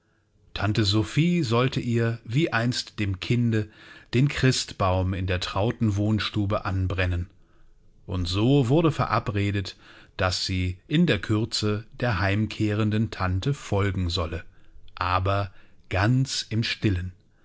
tante sophie sollte ihr wie einst dem kinde den christbaum in der trauten wohnstube anbrennen und so wurde verabredet daß sie in der kürze der heimkehrenden tante folgen solle aber ganz im stillen